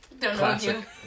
Classic